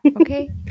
Okay